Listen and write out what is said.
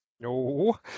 no